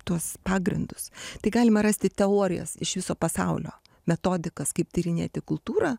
tuos pagrindus tai galima rasti teorijas iš viso pasaulio metodikas kaip tyrinėti kultūrą